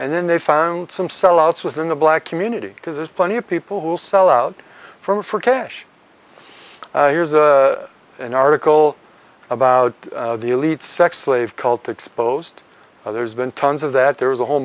and then they found some sellouts within the black community because there's plenty of people who will sell out for cash here's an article about the elite sex slave cult exposed by there's been tons of that there was a whole